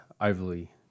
overly